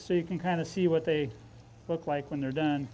so you can kind of see what they look like when they're done